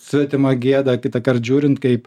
svetima gėda kitąkart žiūrint kaip